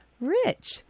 Rich